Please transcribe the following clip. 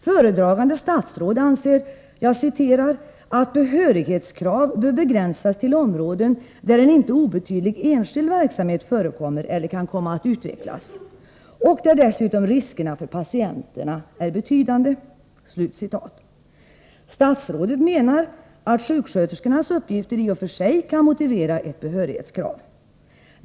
Föredragande statsrådet anser att ”behörighetskrav bör begränsas till områden, där en inte obetydlig enskild verksamhet förekommer ——— eller kan komma att utvecklas ——— och där dessutom riskerna för patienterna är betydande”. Statsrådet menar att sjuksköterskornas uppgifter i och för sig kan motivera ett behörighetskrav.